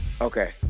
Okay